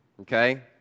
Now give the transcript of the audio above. Okay